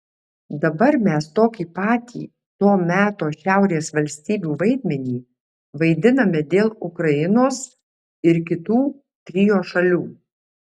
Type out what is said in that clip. dabar mes tokį patį to meto šiaurės valstybių vaidmenį vaidiname dėl ukrainos ir kitų trio šalių